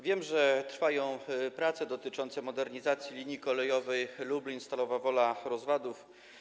Wiem, że trwają prace dotyczące modernizacji linii kolejowej Lublin - Stalowa Wola Rozwadów.